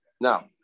Now